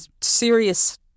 serious